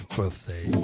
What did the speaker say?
birthday